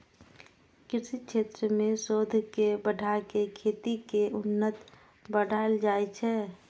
कृषि क्षेत्र मे शोध के बढ़ा कें खेती कें उन्नत बनाएल जाइ छै